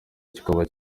kikaba